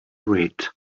read